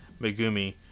Megumi